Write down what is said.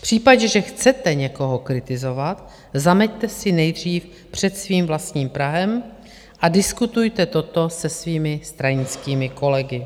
V případě, že chcete někoho kritizovat, zameťte si nejdřív před svým vlastním prahem a diskutujte toto se svými stranickými kolegy.